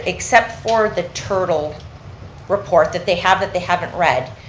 except for the turtle report that they have, that they haven't read,